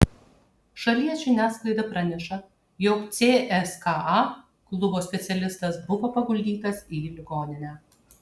šalies žiniasklaida praneša jog cska klubo specialistas buvo paguldytas į ligoninę